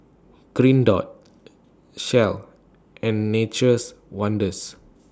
Green Dot Shell and Nature's Wonders